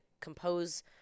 compose